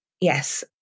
Yes